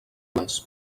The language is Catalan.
les